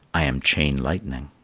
i am chain-lightning.